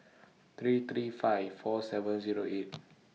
three three five four seven Zero eight